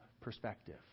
perspective